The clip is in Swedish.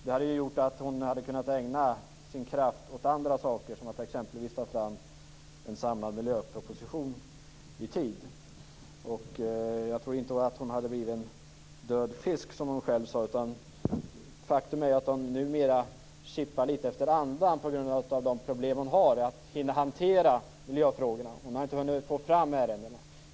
Det hade gjort att hon hade kunnat ägna sin kraft åt andra saker, t.ex. att ta fram en samlad miljöproposition i tid. Jag tror inte att hon hade blivit en död fisk, som hon själv sade. Faktum är att hon numera kippar litet efter andan på grund av de problem hon har med att hinna hantera miljöfrågorna. Hon har inte fått fram ärendena.